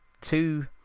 two